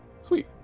Sweet